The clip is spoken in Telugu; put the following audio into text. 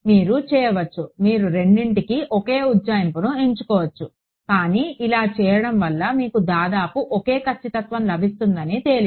మీరు చేయవచ్చు మీరు రెండింటికీ ఒకే ఉజ్జాయింపును ఎంచుకోవచ్చు కానీ ఇలా చేయడం వల్ల మీకు దాదాపు ఒకే ఖచ్చితత్వం లభిస్తుందని తేలింది